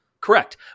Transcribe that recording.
Correct